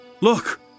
look